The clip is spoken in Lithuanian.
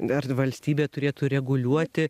ar valstybė turėtų reguliuoti